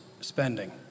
spending